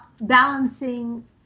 balancing